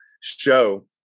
show